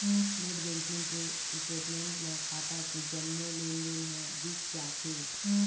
net banking के statement म खाता के जम्मो लेनदेन ह दिख जाथे